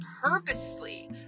purposely